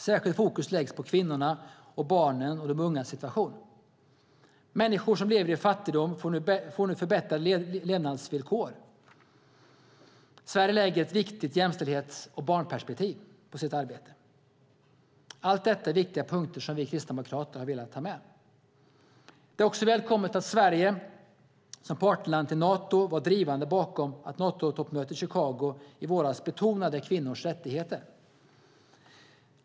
Särskilt fokus läggs på kvinnornas, barnens och de ungas situation. Människor som lever i fattigdom får nu förbättrade levnadsvillkor. Sverige lägger ett viktigt jämställdhets och barnperspektiv på sitt arbete. Allt detta är viktiga punkter vi Kristdemokrater har velat ha med. Det är också välkommet att Sverige som partnerland till Nato var drivande bakom att Natotoppmötet i Chicago i våras betonade kvinnors rättigheter.